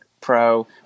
pro